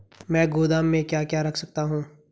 मैं गोदाम में क्या क्या रख सकता हूँ?